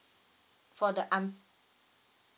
for the un~